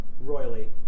royally